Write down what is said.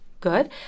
good